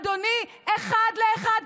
אדוני, אחד לאחד.